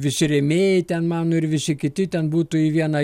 visi rėmėjai ten mano ir visi kiti ten būtų į vieną